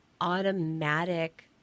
automatic